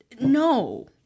no